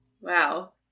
Wow